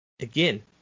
Again